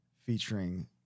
Featuring